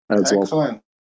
Excellent